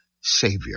Savior